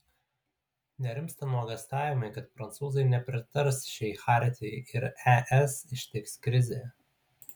nerimsta nuogąstavimai kad prancūzai nepritars šiai chartijai ir es ištiks krizė